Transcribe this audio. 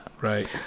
Right